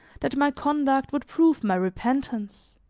that my conduct would prove my repentance,